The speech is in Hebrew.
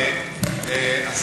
כי זה מנוגד לתקנון הממשלה.